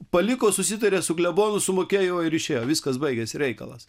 paliko susitarė su klebonu sumokėjo ir išėjo viskas baigėsi reikalas